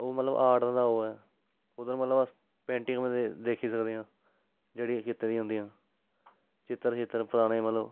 ओह् मतलब आर्ट दा ओह् ऐ उद्धर मतलब अस पेंटिग दिक्खी सकदे आं जेह्ड़ी कीती दियां होंदियां चित्र चित्र पराने मतलब